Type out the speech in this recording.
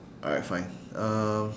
alright fine um